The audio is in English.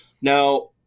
Now